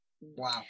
Wow